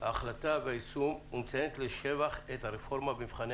הנציגים מציינים לשבח את הרפורמה במבחני